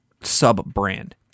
sub-brand